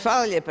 Hvala lijepa.